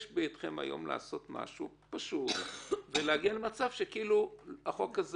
יש בידיכם היום לעשות משהו פשוט ולהגיע למצב שהחוק הזה